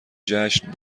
جشن